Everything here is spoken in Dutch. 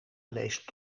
leest